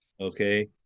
Okay